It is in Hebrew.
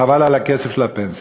חבל על הכסף של הפנסיה.